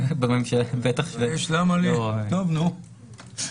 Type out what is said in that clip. טוב, נו,